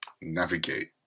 navigate